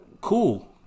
Cool